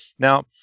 Now